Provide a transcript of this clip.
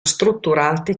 strutturati